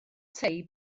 tei